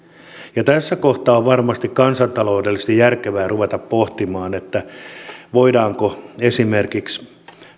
tässä kohtaa on varmasti kansantaloudellisesti järkevää ruveta pohtimaan voidaanko esimerkiksi